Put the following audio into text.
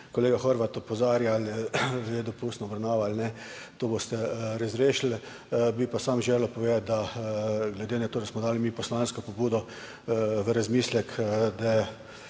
kolega Horvat opozarja ali je dopustno obravnava ali ne. To boste razrešili. Bi pa sam želel povedati, da glede na to, da smo dali mi poslansko pobudo v razmislek, da